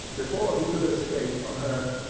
before he could escape from her,